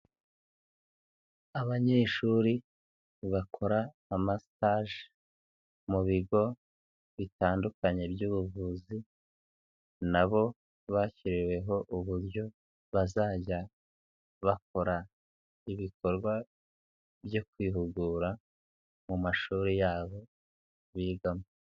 Abanyeshuri bakora amasitaje mu bigo bitandukanye by'ubuvuzi na bo bashyiriweho uburyo bazajya bakora ibikorwa byo kwihugura mu mashuri yabo bigamo.